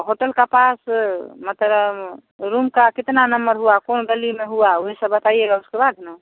hotel का पास मतलब रूम का कितना नम्बर हुआ कौन गली में हुआ वे सब बताइएगा उसके बाद न